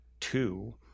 two